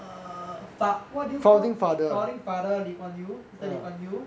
err fa~ what do you call founding father lee kuan yew mister lee kuan yew